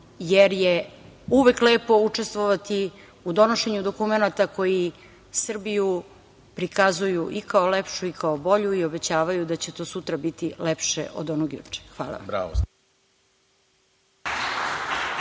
jer je uvek lepo učestvovati u donošenju dokumenata koji Srbiju prikazuju i kao lepšu i kao bolju i obećavaju da će to sutra biti lepše od onog juče. Hvala